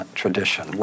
tradition